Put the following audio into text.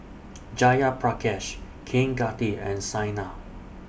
Jayaprakash Kaneganti and Saina